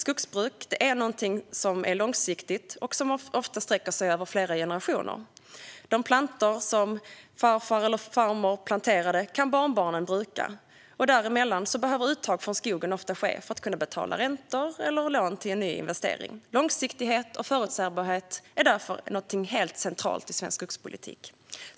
Skogsbruk är långsiktigt och sträcker sig ofta över flera generationer. De plantor som farfar eller farmor planterade kan barnbarnen bruka, och däremellan behöver uttag från skogen ofta göras för att betala räntor eller få lån till en ny investering. Långsiktighet och förutsägbarhet är därför helt centralt i svensk skogspolitik.